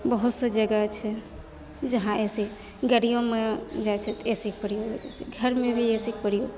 बहुतसे जगह छै जहाँ ए सी छै गड़ियोमे जाइत छै तऽ एसीके प्रयोग रखैत छै घरमे भी एसीके प्रयोग